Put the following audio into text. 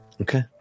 Okay